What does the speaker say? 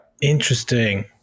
Interesting